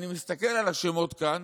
אני מסתכל על שמות כאן,